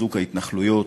חיזוק ההתנחלויות,